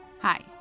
Hi